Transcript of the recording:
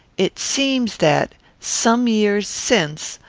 it seems that, some years since,